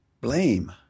Blame